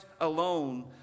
alone